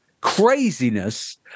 craziness